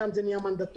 שם זה נעשה מנדטורי.